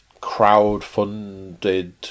crowdfunded